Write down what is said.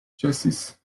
ĉesis